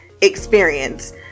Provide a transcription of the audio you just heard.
experience